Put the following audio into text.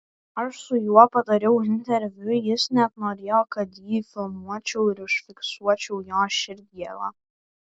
aš su juo padariau interviu jis net norėjo kad jį filmuočiau ir užfiksuočiau jo širdgėlą